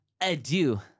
adieu